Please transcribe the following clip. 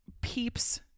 peeps